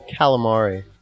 Calamari